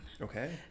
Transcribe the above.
Okay